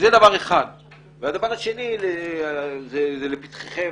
דבר שני הוא לפתחכם,